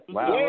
Wow